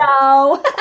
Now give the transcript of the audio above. No